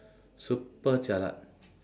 super jialat